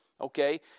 okay